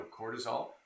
cortisol